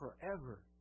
forever